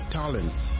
talents